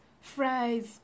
fries